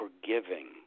forgiving